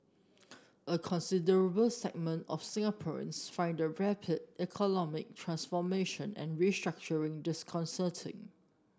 a considerable segment of Singaporeans find the rapid economic transformation and restructuring disconcerting